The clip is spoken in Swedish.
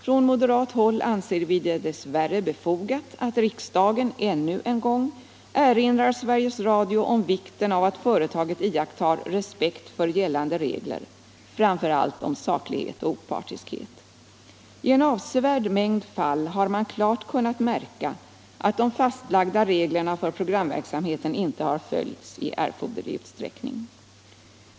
Från moderat håll anser vi det dess värre befogat att riksdagen ännu en gång erinrar Sveriges Radio om vikten av att företaget iakttar respekt för gällande regler, framför allt om saklighet och opartiskhet. I en avsevärd mängd fall har man klart kunnat märka att de fastlagda reglerna för programverksamheten inte har följts i erforderlig utsträckning.